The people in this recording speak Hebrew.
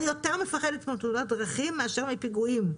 אני יותר מפחדת מתאונת דרכים מאשר מפיגועים,